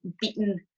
beaten